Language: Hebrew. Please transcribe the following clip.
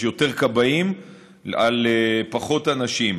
יש יותר כבאים על פחות אנשים.